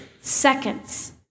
seconds